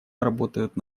работают